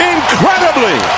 Incredibly